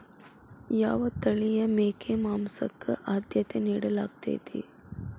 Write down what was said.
ಯಾವ ತಳಿಯ ಮೇಕೆ ಮಾಂಸಕ್ಕ, ಆದ್ಯತೆ ನೇಡಲಾಗತೈತ್ರಿ?